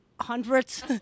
hundreds